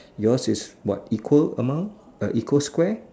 yours is what equal amount uh equal square